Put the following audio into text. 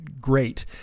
great